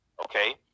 okay